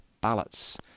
ballots